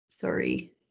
sorry